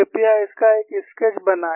कृपया इसका एक स्केच बनाएं